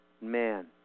man